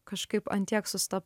kažkaip ant tiek sustap